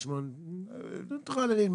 שקט, אפילו שקט יחסי, זה מצרך נדיר בישראל.